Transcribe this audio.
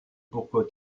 pourquoi